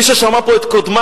מי ששמע פה את קודמי,